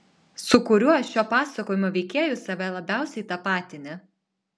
su kuriuo šio pasakojimo veikėju save labiausiai tapatini